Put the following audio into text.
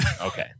okay